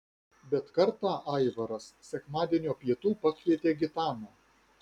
bet kartą aivaras sekmadienio pietų pakvietė gitaną